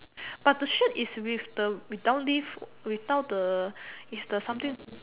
but the shirt is with the without leave without the is the something